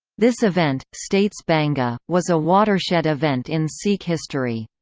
this event, states banga, was a watershed event in sikh history.